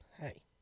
Hey